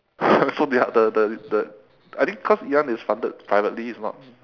so they are the the the I think cause ngee ann is funded privately it's not